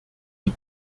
die